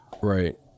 right